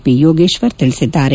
P Yogeshwar ತಿಳಿಸಿದ್ದಾರೆ